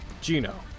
Gino